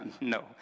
no